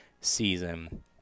season